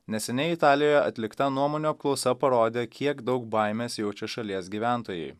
neseniai italijoje atlikta nuomonių apklausa parodė kiek daug baimės jaučia šalies gyventojai